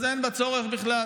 אז אין בה צורך בכלל,